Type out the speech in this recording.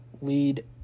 lead